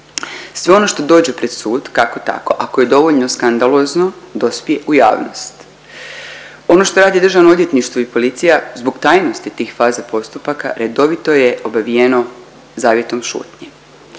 Sve ono što dođe pred sud kako tako ako je dovoljno skandalozno dospije u javnost. Ono što radi državno odvjetništvo i policija zbog tajnosti tih faza postupaka redovito je obavijeno zavjetom šutnje.